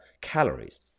calories